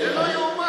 זה לא ייאמן.